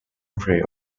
rare